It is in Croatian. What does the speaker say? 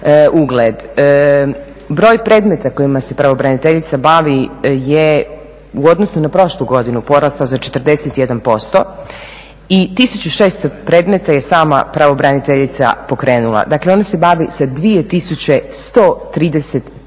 ugled. Broj predmeta kojima se pravobraniteljica bavi je u odnosu na prošlu godinu porastao za 41% i 1600 predmeta je sama pravobraniteljica pokrenula. Dakle, ona se bavi sa 2133